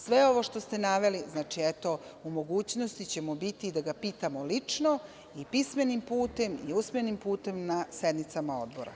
Sve ovo što ste naveli bićemo u mogućnosti da ga pitamo lično i pismenim putem i usmenim putem na sednicama Odbora.